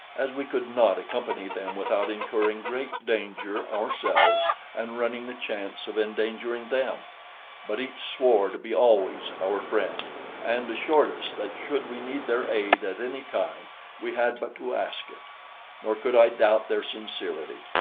as we could not accompany them without incurring great danger ourselves and running the chance of endangering them but each swore to be always our friend and assured us that should we need their aid at any time we had but to ask it nor could i doubt their sincerity,